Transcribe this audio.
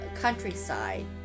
countryside